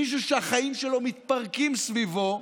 מישהו שהחיים שלו מתפרקים סביבו,